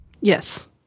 yes